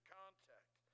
contact